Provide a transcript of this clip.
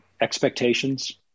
expectations